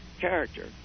character